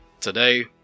Today